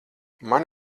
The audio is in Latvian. man